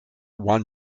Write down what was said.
wan